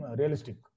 realistic